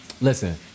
Listen